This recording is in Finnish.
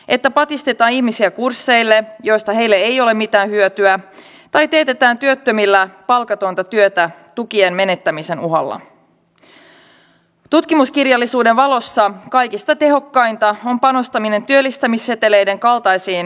nyt tällä päätöksellä että siihen saadaan valtion tasolta kontrolli ohjaus ja myöskin rahoitus saadaan jokaiseen kuntaan huomattavasti parempi järjestelmä kuin aikaisemmin on ollut